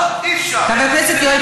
אי-אפשר, למה לא?